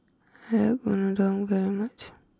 I like Unadon very much